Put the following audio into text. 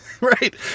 Right